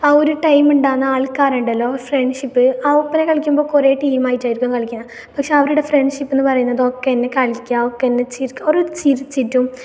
ആ ഒരു ടൈം ഉണ്ടാകുന്ന ആൾക്കാരുണ്ടല്ലോ ഫ്രെൺഷിപ്പ് ആ ഒപ്പന കളിക്കുമ്പോൾ കുറെ ടീമായിട്ടായിരിക്കും കളിക്കുന്നത് പക്ഷെ അവരുടെ ഫ്രെൺഷിപ്പ് എന്ന് പറയുന്നത് ഒക്കതന്നെ കളിക്കാം ഒക്കതന്നെ ചിരിക്കാം ഓറ് ചിരിച്ചിട്ടും